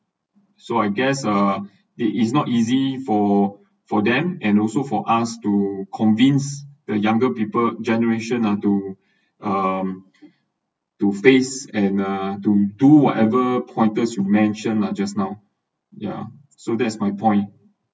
so I guess uh it is not easy for for them and also for us to convince the younger people generation to um to face and uh to do whatever pointers you mentioned lah just now yeah so that's my point